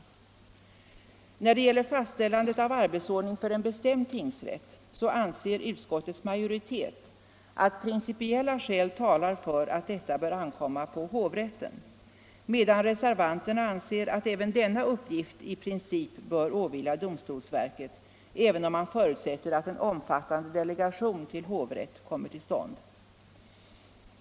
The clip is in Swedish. Men när det gäller fastställandet av arbetsordning för en bestämd tingsrätt anser utskottets majoritet att principiella skäl talar för att detta bör ankomma på hovrätten, medan reservanterna anser att även denna uppgift i princip bör åvila domstolsverket, även om man förutsätter att en omfattande delegation till hovrätt kommer till stånd.